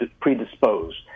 predisposed